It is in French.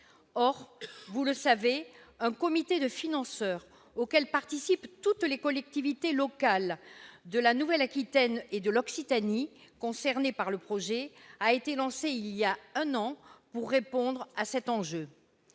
Or, vous le savez, un comité de financeurs, auquel participent toutes les collectivités locales de Nouvelle-Aquitaine et d'Occitanie concernées par le projet, a été lancé il y a un an pour répondre à cet enjeu.